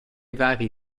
vari